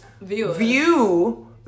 view